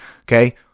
Okay